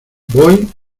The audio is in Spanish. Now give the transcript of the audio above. voy